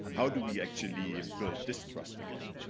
how do we actually build this trust again?